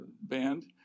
band